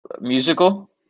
Musical